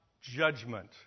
judgment